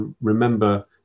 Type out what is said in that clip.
remember